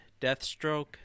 Deathstroke